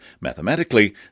Mathematically